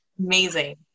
amazing